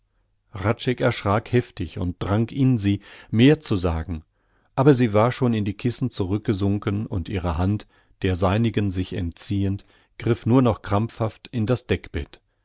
erschrak heftig und drang in sie mehr zu sagen aber sie war schon in die kissen zurückgesunken und ihre hand der seinigen sich entziehend griff nur noch krampfhaft in das deckbett